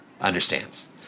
understands